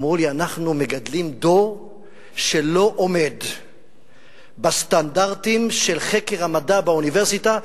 אמרו לי: אנחנו מגדלים דור שלא עומד בסטנדרטים של חקר המדע באוניברסיטה,